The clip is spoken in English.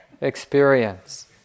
experience